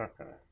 Okay